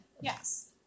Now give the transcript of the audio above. Yes